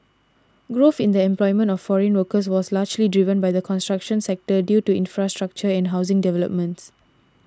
growth in the employment of foreign workers was largely driven by the construction sector due to infrastructure and housing developments